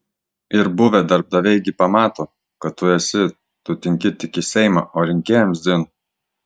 ir buvę darbdaviai gi pamato kad tu esi tu tinki tik į seimą o rinkėjams dzin